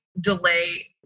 delay